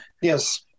Yes